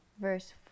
Verse